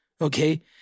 Okay